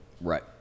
Right